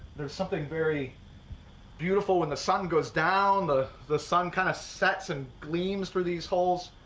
there's something very beautiful. when the sun goes down, the the sun kind of sets and gleams through these holes.